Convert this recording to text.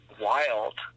wild